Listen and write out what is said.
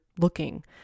looking